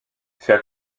fait